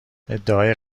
ادعای